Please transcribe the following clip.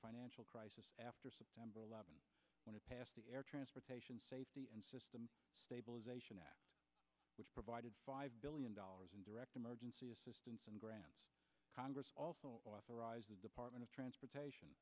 financial crisis after september eleventh when it passed the air transportation safety and system stabilization act which provided five billion dollars in direct emergency assistance and grants congress also authorized the department of transportation